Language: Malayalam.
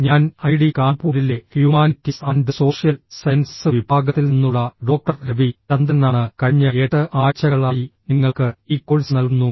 ഞാൻ ഐഐടി കാൺപൂരിലെ ഹ്യൂമാനിറ്റീസ് ആൻഡ് സോഷ്യൽ സയൻസസ് വിഭാഗത്തിൽ നിന്നുള്ള ഡോക്ടർ രവി ചന്ദ്രനാണ് കഴിഞ്ഞ 8 ആഴ്ചകളായി നിങ്ങൾക്ക് ഈ കോഴ്സ് നൽകുന്നു